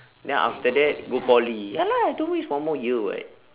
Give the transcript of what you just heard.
then after that go poly ya lah don't waste one more year [what]